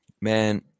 Man